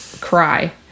cry